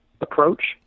approach